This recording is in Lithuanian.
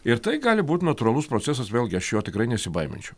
ir tai gali būt natūralus procesas vėlgi aš jo tikrai nesibaiminčiau